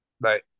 Right